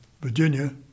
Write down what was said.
Virginia